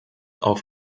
auf